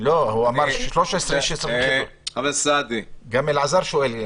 לא, הוא אמר 13,000. גם אלעזר שואל.